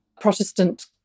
Protestant